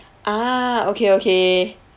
ah okay okay